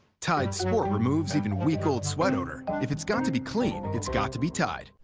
tide sport removes even week-old sweat odor. if it's got to be clean, it's got to be tide.